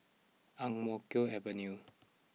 Ang Mo Kio Avenue